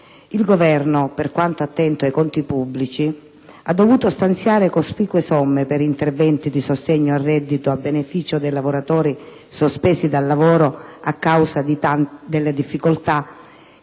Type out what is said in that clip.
Il Governo, per quanto attento ai conti pubblici, ha dovuto stanziare cospicue somme per interventi di sostegno al reddito a beneficio dei lavoratori sospesi dal lavoro a causa delle difficoltà